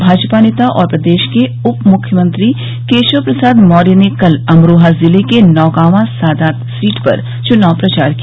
भाजपा नेता और प्रदेश के उपमुख्यमंत्री केशव प्रसाद मौर्य ने कल अमरोहा जिले के नौगांवा सादात सीट पर चुनाव प्रचार किया